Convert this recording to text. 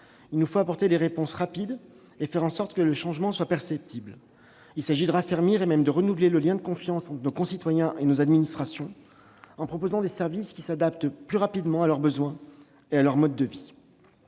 il nous faut apporter des réponses et faire en sorte que le changement soit perceptible rapidement. Il s'agit de raffermir, et même de renouveler, le lien de confiance entre nos concitoyens et nos administrations en proposant des services qui s'adaptent plus rapidement à leurs besoins et à leurs modes de vie.